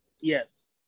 Yes